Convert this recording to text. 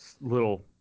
little